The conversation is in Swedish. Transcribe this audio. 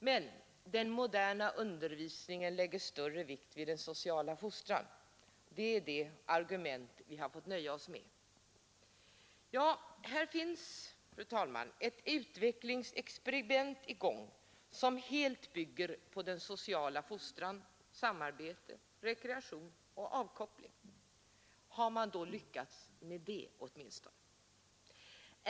Men den moderna undervisningen lägger större vikt vid den sociala fostran — det är det argument vi har fått nöja oss med. Här finns, fru talman, ett utvecklingsexperiment i gång som helt bygger på den sociala fostran, samarbete, rekreation och avkoppling. Har man då lyckats med det åtminstone?